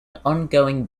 ongoing